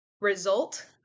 result